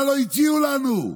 מה לא הציעו לנו?